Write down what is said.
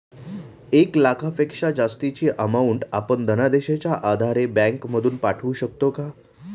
एक लाखापेक्षा जास्तची अमाउंट आपण धनादेशच्या आधारे बँक मधून पाठवू शकतो का?